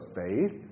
faith